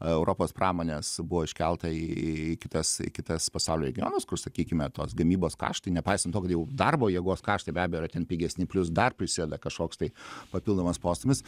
europos pramonės buvo iškelta į į kitas į kitas pasaulio regionus kur sakykime tos gamybos kaštai nepaisant to kad jau darbo jėgos kaštai be abejo yra ten pigesni plius dar prisideda kažkoks tai papildomas postūmis